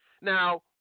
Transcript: Now